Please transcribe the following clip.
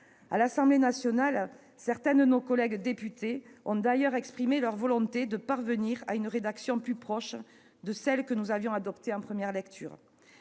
À l'Assemblée nationale, certains de nos collègues députés ont d'ailleurs exprimé leur volonté de parvenir à une rédaction plus proche de celle que nous avions adoptée en première lecture.